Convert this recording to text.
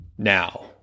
now